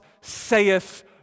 saith